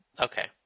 Okay